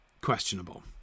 questionable